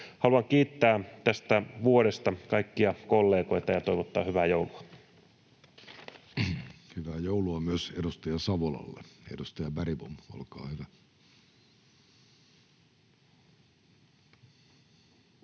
Haluan kiittää tästä vuodesta kaikkia kollegoita ja toivottaa hyvää joulua. Hyvää joulua myös edustaja Savolalle. — Edustaja Bergbom, olkaa hyvä.